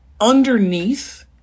underneath